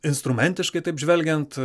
instrumentiškai taip žvelgiant